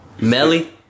Melly